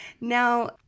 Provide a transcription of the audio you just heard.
Now